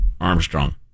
Armstrong